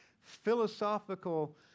philosophical